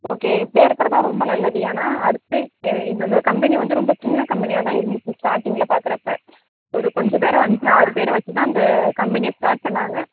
okay இப்படியே இருக்கிறதுதான் ரொம்ப நல்லது ஏன்னால் அடுத்து இந்த ஒரு கம்பெனி வந்து ரொம்ப சின்ன கம்பெனியாகதான் இருந்துச்சு ஸ்டார்டிங்கில் பார்க்கறப்ப ஒரு கொஞ்சம் பேரை அஞ்சு ஆறு பேரை வச்சுதான் இந்த கம்பெனியே ஸ்டார்ட் பண்ணிணாங்க